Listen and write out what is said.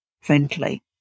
friendly